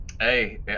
Hey